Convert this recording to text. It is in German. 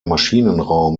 maschinenraum